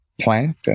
plant